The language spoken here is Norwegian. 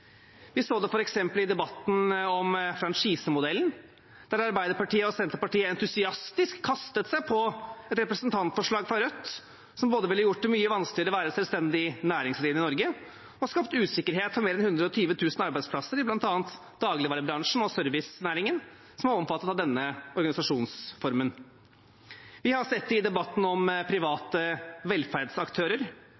Vi så det f.eks. i debatten om franchisemodellen, der Arbeiderpartiet og Senterpartiet entusiastisk kastet seg på et representantforslag fra Rødt, som både ville gjort det mye vanskeligere å være selvstendig næringsdrivende i Norge og skapt usikkerhet for mer enn 120 000 arbeidsplasser i bl.a. dagligvarebransjen og servicenæringen, som er omfattet av denne organisasjonsformen. Vi har sett det i debatten om